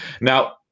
Now